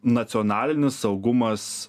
nacionalinis saugumas